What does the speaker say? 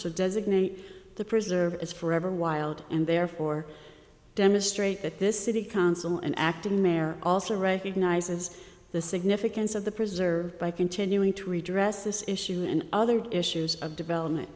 should designate the preserve as forever wild and therefore demonstrate that this city council and acting mayor also recognizes the significance of the preserved by continuing to redress this issue and other issues of development